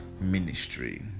ministry